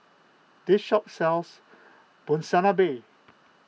this shop sells Monsunabe